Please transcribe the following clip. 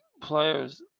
players